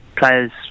players